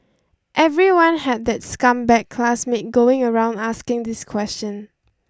everyone had that scumbag classmate going around asking this question